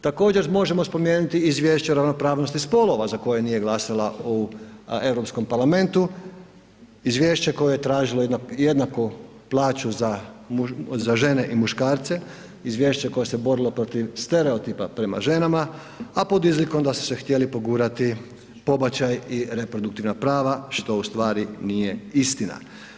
Također možemo spomenuti izvješća ravnopravnosti spolova za koje nije glasala u Europskom parlamentu, izvješće koje je tražilo jednaku plaću za žene i muškarce, izvješće koje se borilo protiv stereotipa prema ženama, a pod izlikom da su se htjeli pogurati pobačaji i reproduktivna prava što ustvari nije istina.